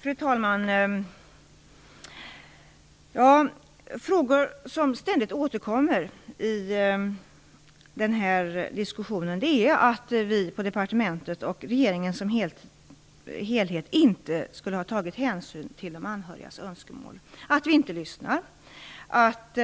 Fru talman! Några synpunkter som ständigt återkommer i den här diskussionen är att vi på departementet och regeringen som helhet inte skulle ha tagit hänsyn till de anhörigas önskemål, att vi inte lyssnar, att